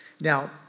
Now